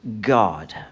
God